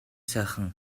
сайхан